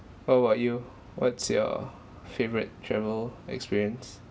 what about you what's your favourite travel experience